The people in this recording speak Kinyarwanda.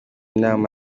nama